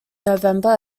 november